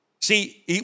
See